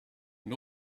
and